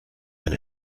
eine